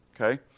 Okay